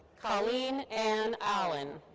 colleen ann allen.